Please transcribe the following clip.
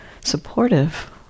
supportive